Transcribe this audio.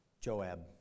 Joab